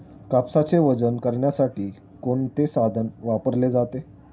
कापसाचे वजन करण्यासाठी कोणते साधन वापरले जाते?